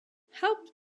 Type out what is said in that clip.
helped